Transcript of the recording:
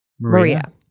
Maria